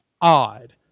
odd